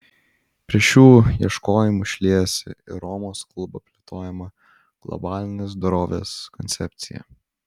prie šių ieškojimų šliejasi ir romos klubo plėtojama globalinės dorovės koncepcija